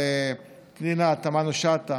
חברת הכנסת פנינה תמנו שטה